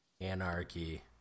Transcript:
Anarchy